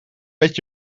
met